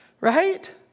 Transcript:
Right